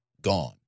gone